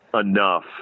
enough